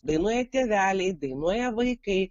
dainuoja tėveliai dainuoja vaikai